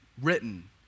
written